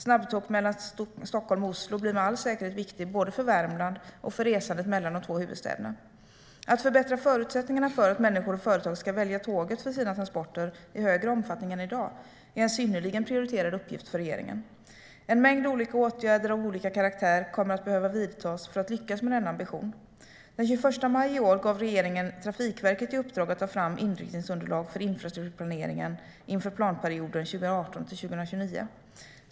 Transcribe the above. Snabbtåg mellan Stockholm och Oslo blir med all säkerhet viktigt både för Värmland och för resandet mellan de två huvudstäderna. Att förbättra förutsättningarna för att människor och företag i större omfattning än i dag ska välja tåget för sina transporter är en synnerligen prioriterad uppgift för regeringen. En mängd olika åtgärder av olika karaktär kommer att behöva vidtas för att lyckas med denna ambition. Den 21 maj i år gav regeringen Trafikverket i uppdrag att ta fram inriktningsunderlag för infrastrukturplaneringen inför planperioden 2018-2029.